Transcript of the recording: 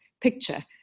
picture